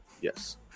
yes